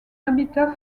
habitat